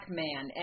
man